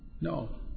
No